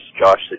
Josh